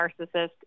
narcissist